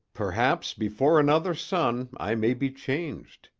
perhaps before another sun i may be changed,